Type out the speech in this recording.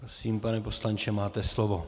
Prosím, pane poslanče, máte slovo.